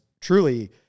truly